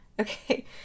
Okay